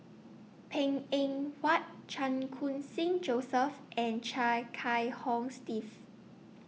Png Eng Huat Chan Khun Sing Joseph and Chia Kiah Hong Steve